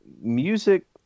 Music